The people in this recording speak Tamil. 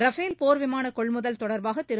ரஃபேல் போர்விமான கொள்முதல் தொடர்பாக திரு